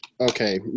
Okay